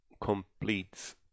completes